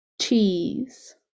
Cheese